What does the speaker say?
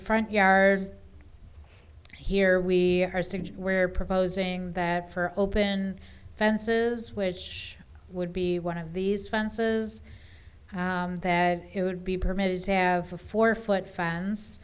front yard here we were proposing that for open fences which would be one of these fences that it would be permitted to have a four foot fence